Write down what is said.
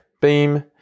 Beam